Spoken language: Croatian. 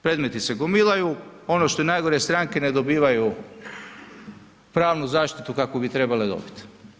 Predmeti se gomilaju, ono što je najgore stranke ne dobivaju pravnu zaštitu kakvu bi trebale dobit.